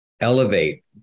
elevate